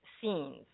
scenes